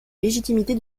légitimité